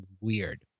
weird